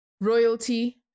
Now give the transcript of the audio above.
royalty